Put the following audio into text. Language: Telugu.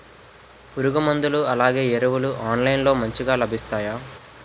పురుగు మందులు అలానే ఎరువులు ఆన్లైన్ లో మంచిగా లభిస్తాయ?